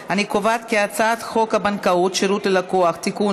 הצעת חוק הבנקאות (שירות ללקוח) (תיקון,